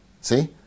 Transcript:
See